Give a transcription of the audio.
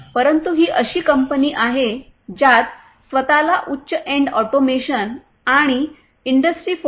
परंतु ही अशी कंपनी आहे ज्यात स्वत ला उच्च एंड ऑटोमेशन आणि इंडस्ट्री 4